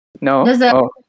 no